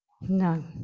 no